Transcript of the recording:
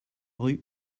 rue